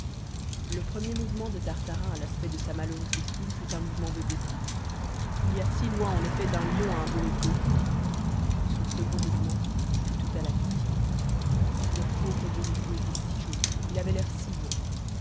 le premier mouvement de tartarin à l'aspect de sa malheureuse victime fut un mouvement de dépit il y a si loin en effet d'un lion à un bourriquot son second mouvement fut tout à la pitié le pauvre bourriquot était si joli il avait l'air si bon